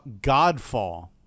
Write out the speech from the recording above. godfall